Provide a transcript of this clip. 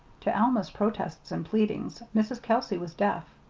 to alma's protests and pleadings mrs. kelsey was deaf.